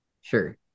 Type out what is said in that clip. sure